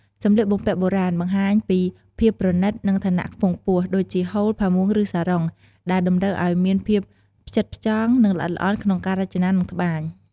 សម្លៀកបំពាក់បុរាណ បង្ហាញពីភាពប្រណិត និងឋានៈខ្ពង់ខ្ពស់ ដូចជា ហូល ផាមួង ឬសារុង ដែលតម្រូវឲ្យមានភាពផ្ចិតផ្ចង់ និងល្អិតល្អន់ក្នុងការរចនា និងត្បាញ។